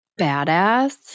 Badass